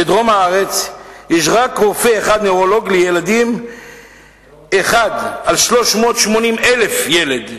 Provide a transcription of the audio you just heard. בדרום הארץ יש רק רופא נוירולוג אחד לילדים על 380,000 ילדים.